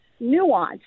nuanced